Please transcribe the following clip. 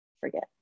forget